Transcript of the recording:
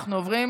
אנחנו עוברים,